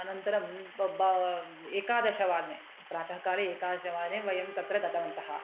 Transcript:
अनन्तरं बबा एकादशवादने प्रातःकाले एकादशवादने वयं तत्र गतवन्तः